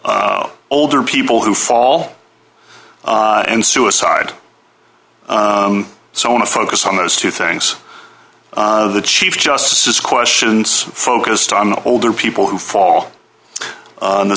are older people who fall and suicide so i want to focus on those two things the chief justice questions focused on the older people who fall on the